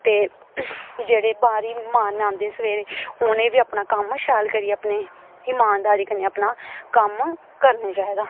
ते जेह्ड़े बाह्र ममार न आंदे सवेरे उ'नें बी अपना कम्म शैल करियै अपनी ईमानदारी कन्नै अपना कम्म करना चाहिदा